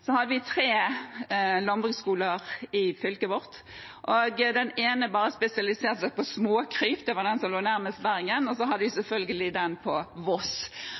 hadde vi tre landbruksskoler i fylket vårt. Den ene spesialiserte seg bare på småkryp – det var den som lå nærmest Bergen. Så hadde vi selvfølgelig den på Voss.